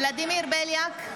(קוראת בשמות חברי הכנסת) ולדימיר בליאק,